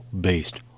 based